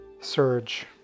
surge